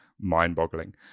mind-boggling